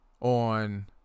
on